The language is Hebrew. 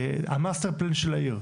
המאסטר-פליי של העיר.